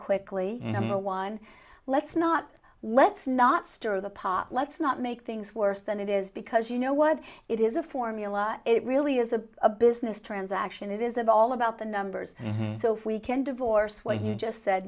quickly number one let's not let's not stir the pot let's not make things worse than it is because you know what it is a formula it really is a a business transaction it isn't all about the numbers so if we can divorce what he just said